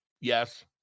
Yes